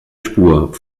spur